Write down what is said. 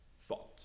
thought